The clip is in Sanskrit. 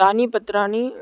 तानि पत्राणि